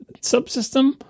subsystem